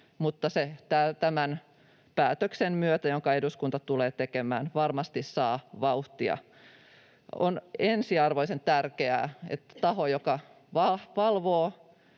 mutta se tämän päätöksen myötä, jonka eduskunta tulee tekemään, varmasti saa vauhtia. On ensiarvoisen tärkeää, että taho, joka valvoo